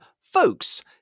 Folks